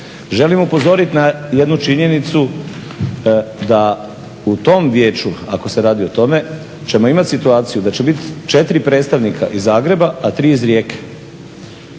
Želim upozorit na jednu činjenicu da u tom Vijeću, ako se radi o tome, ćemo imat situaciju da ćemo imat 4 predstavnika iz Zagreba, a 3 iz Rijeke.